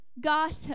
gossip